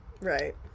right